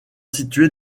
située